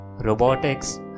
robotics